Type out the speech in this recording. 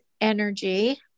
energy